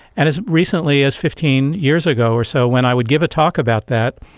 and as recently as fifteen years ago or so when i would give a talk about that,